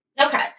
Okay